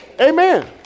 Amen